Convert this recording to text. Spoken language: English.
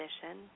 position